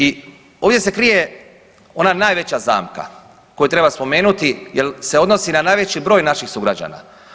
I ovdje se krije ona najveća zamka koju treba spomenuti jer se odnosi na najveći broj naših sugrađana.